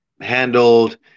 handled